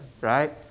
right